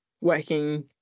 working